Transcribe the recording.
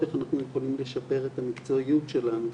איך אנחנו יכולים לשפר את המקצועיות שלנו.